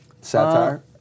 Satire